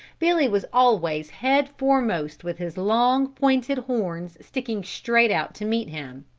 billy was always head foremost with his long, pointed horns sticking straight out to meet him.